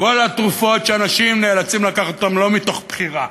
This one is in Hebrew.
כל התרופות שאנשים נאלצים לקחת לא מתוך בחירה.